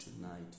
tonight